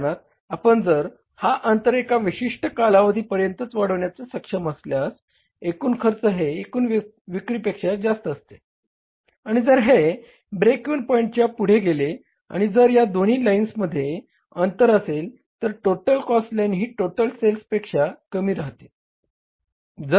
उदाहरणार्थ आपण जर हा अंतर एका विशिष्ट कालावधी पर्यंत वाढविण्यास सक्षम असल्यास एकूण खर्च हे एकूण विक्रीपेक्षा जास्त असते आणि जर हे ब्रेक इव्हन पॉईंटच्या पुढे गेले आणि जर या दोन्ही लाइन्समध्ये अंतर असेल तर टोटल कॉस्ट लाईन ही टोटल सेल्स पेक्षा कमी राहते